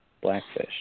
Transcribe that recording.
blackfish